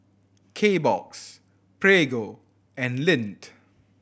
Kbox Prego and Lindt